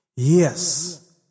Yes